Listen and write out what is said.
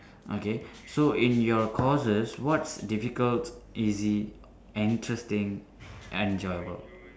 okay so in your courses what's difficult easy interesting enjoyable